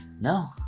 no